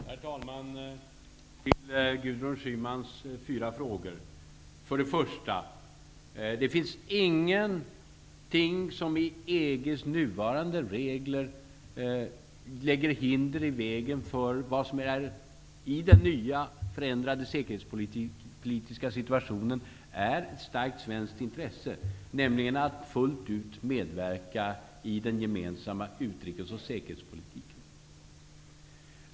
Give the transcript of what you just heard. Herr talman! Jag skall besvara Gudrun Schymans fyra frågor. För det första: Det finns ingenting i EG:s nuvarande regler som lägger hinder i vägen för vad som i den nya, förändrade säkerhetspolitiska situationen är ett starkt svenskt intresse, nämligen att fullt ut medverka i den gemensamma utrikesoch säkerhetspolitiken.